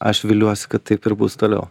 aš viliuosi kad taip ir bus toliau